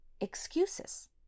excuses